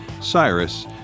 Cyrus